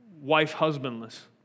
wife-husbandless